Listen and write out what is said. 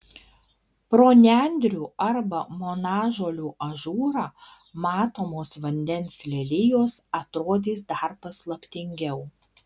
pro nendrių arba monažolių ažūrą matomos vandens lelijos atrodys dar paslaptingiau